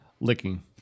Licking